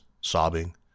sobbing